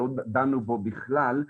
שלא דנו בו בכלל.